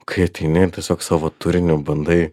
kai ateini ir tiesiog savo turiniu bandai